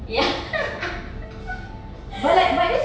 ya